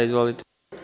Izvolite.